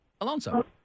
Alonso